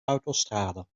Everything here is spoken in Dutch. autostrade